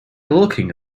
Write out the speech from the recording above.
looking